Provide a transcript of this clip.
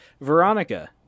Veronica